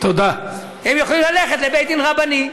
הם יכולים ללכת לבית-דין רבני.